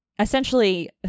essentially